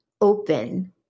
open